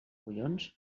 collons